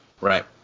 Right